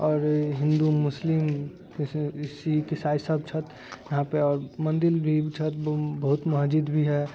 आओर हिन्दू मुस्लिम सिख इसाइ सभ छथि यहाँपे आओर मन्दिर भी छथि बहुत मस्जिद भी है